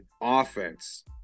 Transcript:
offense